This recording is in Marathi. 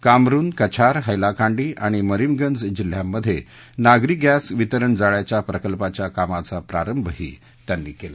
कामरुन कछार हैलाकांडी आणि मरीमगंज जिल्ह्यांमध्ये नागरी गॅस वितरण जाळ्यांच्या प्रकल्पाच्या कामाचा प्रारंभही त्यांनी केला